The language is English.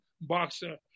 boxer